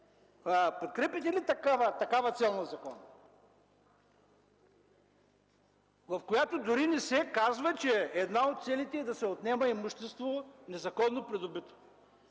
подкрепяте ли такава цел на закона, в която дори не се казва, че една от целите е да се отнема незаконно придобито